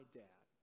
dad